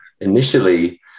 initially